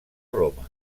roma